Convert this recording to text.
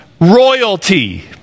royalty